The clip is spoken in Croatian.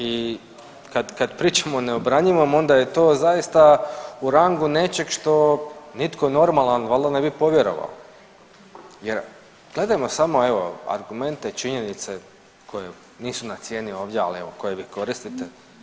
I kad, kad pričamo o neobranjivom onda je to zaista u rangu nečeg što nitko normalan valda ne bi povjerovao jer gledajmo samo evo argumente, činjenice koje nisu na cijeni ovdje ali evo koje vi koristite.